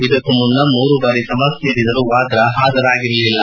ಇದಕ್ಕೂ ಮುನ್ನ ಮೂರು ಬಾರಿ ಸಮನ್ನ್ ನೀಡಿದರೂ ವಾದ್ರಾ ಹಾಜರಾಗಿರಲಿಲ್ಲ